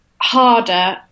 harder